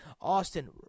Austin